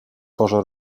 porze